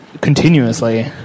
continuously